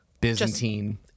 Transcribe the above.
byzantine